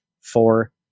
four